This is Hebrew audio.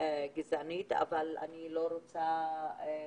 גדולה שלא זוכה להתייחסות.